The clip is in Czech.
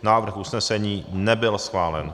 Návrh usnesení nebyl schválen.